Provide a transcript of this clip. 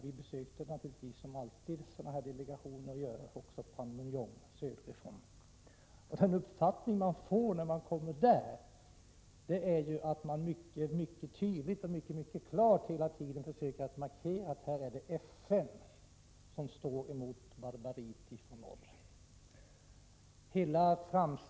Vi besökte naturligtvis, som utländska delegationer alltid gör, också Panmunjom. Det intryck jag fick när jag kom dit söderifrån var att man hela tiden mycket tydligt försökte markera att här är det FN som står emot barbariet i norr.